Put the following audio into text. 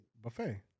buffet